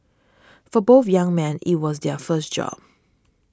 for both young men it was their first job